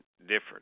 different